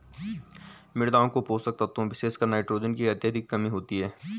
मृदाओं में पोषक तत्वों विशेषकर नाइट्रोजन की अत्यधिक कमी होती है